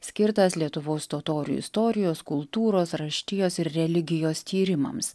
skirtas lietuvos totorių istorijos kultūros raštijos ir religijos tyrimams